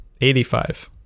85